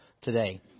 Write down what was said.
today